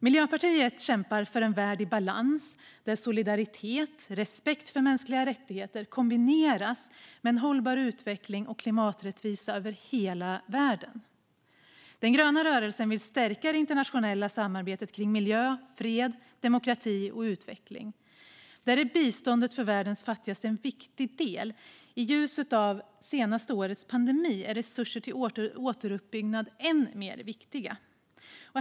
Miljöpartiet kämpar för en värld i balans där solidaritet och respekt för mänskliga rättigheter kombineras med hållbar utveckling och klimaträttvisa över hela världen. Den gröna rörelsen vill stärka det internationella samarbetet för miljö, fred, demokrati och utveckling. Där är biståndet för världen fattigaste en viktig del, och i ljuset av det senaste årets pandemi är resurser till återuppbyggnad än mer viktiga.